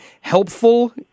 helpful